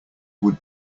would